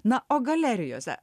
na o galerijose